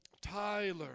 Tyler